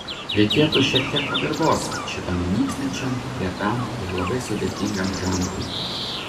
reikėtų šiek tiek pagarbos šitam nykstančiam retam ir labai sudėtingam žanrui